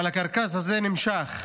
אבל הקרקס הזה נמשך.